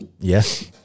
Yes